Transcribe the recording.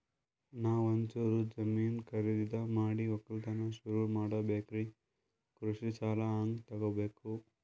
ನಾ ಒಂಚೂರು ಜಮೀನ ಖರೀದಿದ ಮಾಡಿ ಒಕ್ಕಲತನ ಸುರು ಮಾಡ ಬೇಕ್ರಿ, ಕೃಷಿ ಸಾಲ ಹಂಗ ತೊಗೊಬೇಕು?